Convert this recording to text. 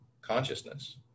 consciousness